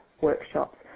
workshops